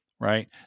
Right